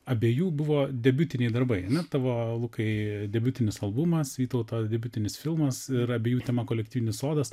abejų buvo debiutiniai darbai na tavo lukai debiutinis albumas vytauto debiutinis filmas ir abiejų tema kolektyvinis sodas